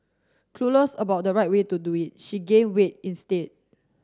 clueless about the right way to do it she gained weight instead